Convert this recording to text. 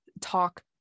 talk